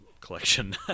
collection